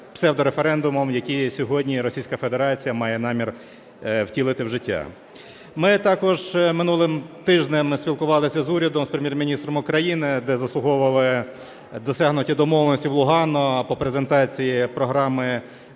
псевдореферендумам, які сьогодні Російська Федерація має намір втілити в життя. Ми також минулого тижня спілкувалися з урядом, з Прем'єр-міністром України, де заслуховували досягнуті домовленості в Лугано по презентації програми